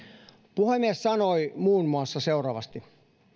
puhemies sanoi muun muassa seuraavasti